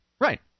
Right